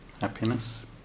happiness